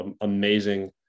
Amazing